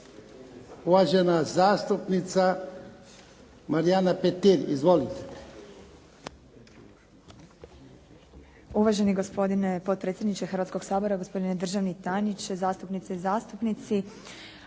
uvažena zastupnica Mrela Holy. Izvolite.